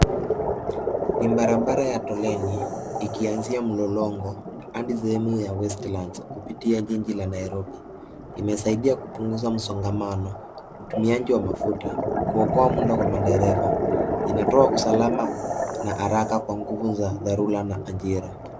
Ni barabara ya toleni, ikianzia Mlolongo hadi sehemu ya westlands, kupitia jiji la Nairobi. Imesaidia kupunguza msongamano, hutumiaji wa mafuta, kuokota muda wa madereva, inatoa usalama na haraka kwa nguvu za dharura, na ajira.